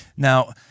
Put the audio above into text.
Now